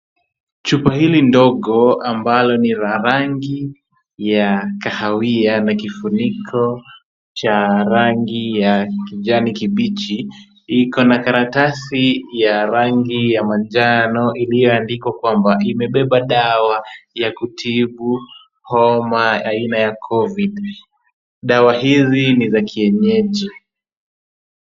Chupa hili ndogo ambalo ni la rangi ya kahawia na kifuniko cha rangi ya kijani kibichi, iko na karatasi ya rangi ya manjano iliyoandikwa kwamba, imebeba dawa ya kutibu homa aina ya Covid. Dawa hizi ni za kienyeji.